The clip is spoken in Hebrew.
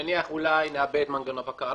אולי נעבד מנגנון בקרה.